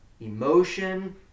emotion